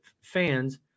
fans